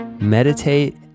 meditate